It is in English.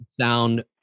sound